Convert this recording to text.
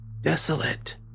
Desolate